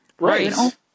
Right